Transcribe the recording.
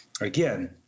again